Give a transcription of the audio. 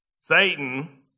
Satan